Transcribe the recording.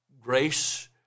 Grace